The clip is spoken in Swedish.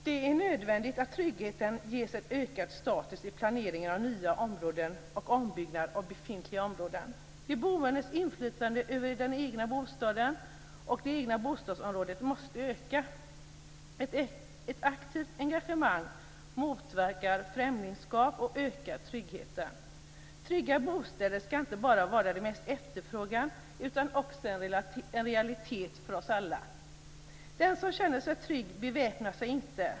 Det är nödvändigt att tryggheten ges en ökad status vid planeringen av nya områden och ombyggnad av befintliga områden. De boendes inflytande över den egna bostaden och det egna bostadsområdet måste öka. Ett aktivt engagemang motverkar främlingskap och ökar tryggheten. Trygga bostäder ska inte bara vara det mest efterfrågade utan också en realitet för oss alla. Den som känner sig trygg beväpnar sig inte.